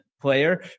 player